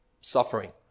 suffering